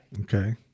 okay